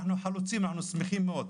אנחנו חלוצים ואנחנו שמחים מאוד,